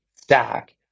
stack